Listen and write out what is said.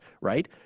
right